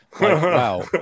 Wow